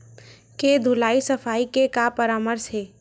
के धुलाई सफाई के का परामर्श हे?